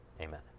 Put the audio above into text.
Amen